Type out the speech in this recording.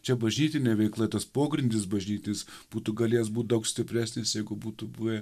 čia bažnytinė veikla tas pogrindis bažnytinis būtų galėjęs būt daug stipresnis jeigu būtų buvę